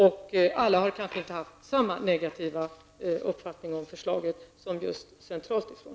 Och alla har kanske inte haft samma negativa uppfattning om förslaget som man har på centralt håll.